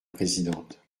présidente